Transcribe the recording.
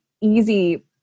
easy